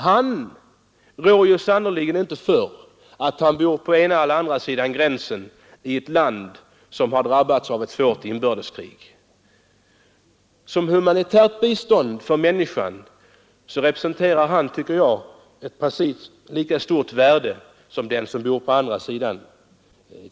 Han rår sannerligen inte för att han bor i den ena eller andra delen av ett land som drabbats av ett svårt inbördeskrig. När det gäller det humanitära biståndet har han samma värde, vare sig han bor på den ena eller den andra sidan.